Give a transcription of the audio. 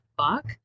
fuck